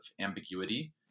ambiguity